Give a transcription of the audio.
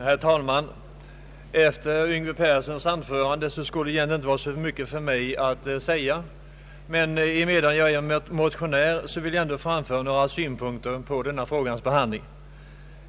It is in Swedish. Herr talman! Efter herr Yngve Perssons anförande skulle det egentligen inte vara så mycket för mig att säga, men då jag är motionär vill jag ändå framföra några synpunkter på denna frågas behandling.